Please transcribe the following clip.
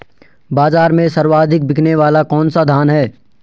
बाज़ार में सर्वाधिक बिकने वाला कौनसा धान है?